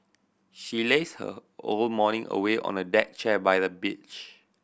she lazed her whole morning away on a deck chair by the beach